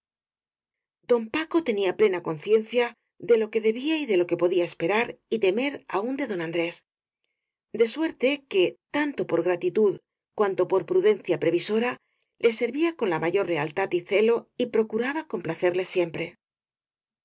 don paco tenía plena conciencia de lo que de bía y de lo que podía esperar y temer aún de don andrés de suerte que tanto por gratitud cuanto por prudencia previsora le servía con la mayor lealtad y celo y procuraba complacerle siempre